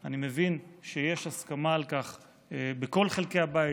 אני מבין שיש הסכמה על כך בכל חלקי הבית.